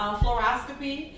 fluoroscopy